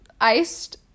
iced